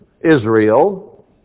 Israel